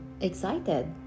excited